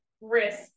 risk